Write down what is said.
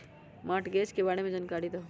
Mortgage के बारे में जानकारी देहु?